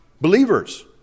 Believers